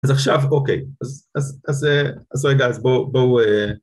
אז עכשיו אוקיי, אז אז רגע בואו